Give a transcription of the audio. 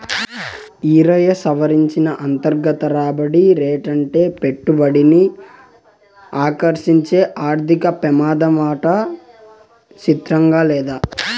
ఈరయ్యా, సవరించిన అంతర్గత రాబడి రేటంటే పెట్టుబడిని ఆకర్సించే ఆర్థిక పెమాదమాట సిత్రంగా లేదూ